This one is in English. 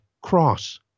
cross